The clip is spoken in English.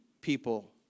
people